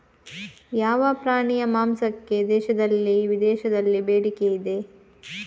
ಯಾವ ಪ್ರಾಣಿಯ ಮಾಂಸಕ್ಕೆ ದೇಶದಲ್ಲಿ ವಿದೇಶದಲ್ಲಿ ಬೇಡಿಕೆ ಇದೆ?